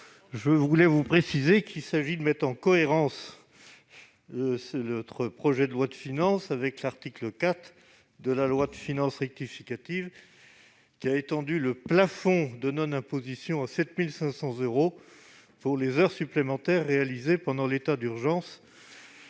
pas déjà, je précise qu'il s'agit de mettre en cohérence ce projet de loi de finances avec l'article 4 de la loi de finances rectificative, qui a relevé le plafond de non-imposition à 7 500 euros pour les heures supplémentaires réalisées pendant l'état d'urgence